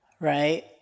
right